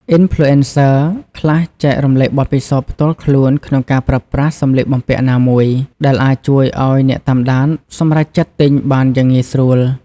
អុីនផ្លូអេនសឹ ខ្លះចែករំលែកបទពិសោធន៍ផ្ទាល់ខ្លួនក្នុងការប្រើប្រាស់សម្លៀកបំពាក់ណាមួយ ដែលអាចជួយឲ្យអ្នកតាមដានសម្រេចចិត្តទិញបានយ៉ាងងាយស្រួល។